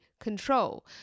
control